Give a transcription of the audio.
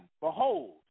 Behold